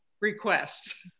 requests